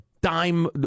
dime